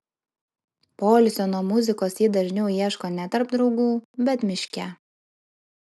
poilsio nuo muzikos ji dažniau ieško ne tarp draugų bet miške